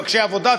מבקשי עבודה,